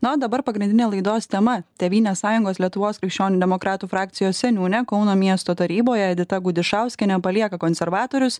na o dabar pagrindinė laidos tema tėvynės sąjungos lietuvos krikščionių demokratų frakcijos seniūnė kauno miesto taryboje edita gudišauskienė palieka konservatorius